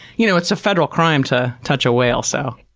you know it's a federal crime to touch a whale so,